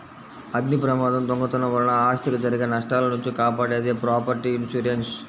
అగ్నిప్రమాదం, దొంగతనం వలన ఆస్తికి జరిగే నష్టాల నుంచి కాపాడేది ప్రాపర్టీ ఇన్సూరెన్స్